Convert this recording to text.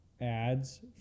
ads